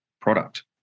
product